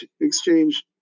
exchange